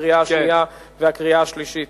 בקריאה השנייה ובקריאה השלישית.